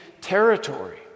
territory